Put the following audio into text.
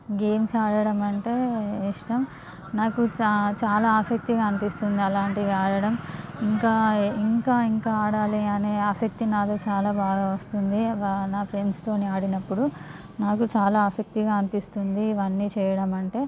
games ఆడడం అంటే ఇష్టం నాకు చాలా ఆసక్తిగా అనిపిస్తుంది అలాంటి ఆడడం ఇంకా ఇంకా ఇంకా ఆడాలి అనే ఆసక్తి నాలో చాలా బాగా వస్తుంది నా ఫ్రెండ్స్తో ఆడినప్పుడు నాకు చాలా ఆసక్తిగా అనిపిస్తుంది ఇవన్నీ చేయడం అంటే